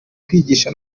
kwigisha